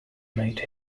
made